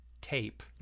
tape